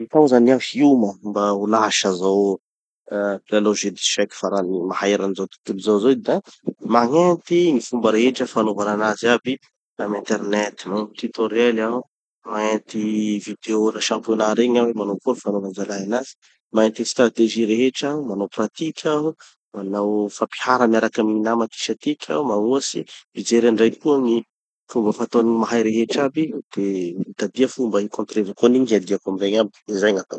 Dimy tao zany aho hioma mba ho lasa zao ah mpilalao jeu d'échec farany mahay eran'ny zao tontolo zao zao da magnenty gny fomba rehetra fanaovanan'azy aby amy internet. Magnenty tutoriel aho, magnenty vidéos-na championnat regny aho hoe manao akory fanaovan-jalahy anazy, magnenty gny stratégies rehetra aho, manao pratique aho, manao fampihara miaraky amy gny nama aty sy atiky aho, magnohatsy, mijery andraiky koa gny fomba fataon'ny gny mahay rehetra aby, de mitadia fomba hikontrevako an'igny, hiadiako amy regny aby. De zay gn'ataoko.